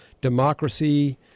democracy